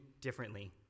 differently